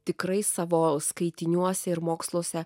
tikrai savo skaitiniuose ir moksluose